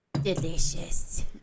Delicious